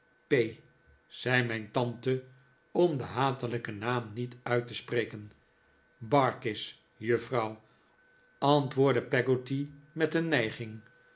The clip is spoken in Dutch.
zei mijn tante om den hatelijken naam niet uit te spreken barkis juffrouw antwoordde peggotty met een nijging